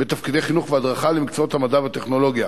בתפקידי חינוך והדרכה במקצועות המדע והטכנולוגיה.